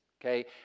okay